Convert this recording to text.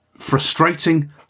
frustrating